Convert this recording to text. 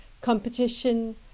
Competition